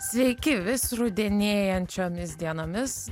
sveiki vis rudenėjančiomis dienomis